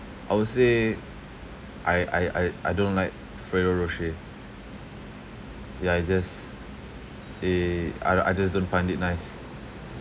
I would say I I I I don't like ferrero rocher ya it just eh I r~ I just don't find it nice